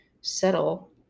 settle